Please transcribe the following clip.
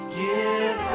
give